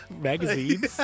Magazines